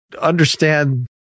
understand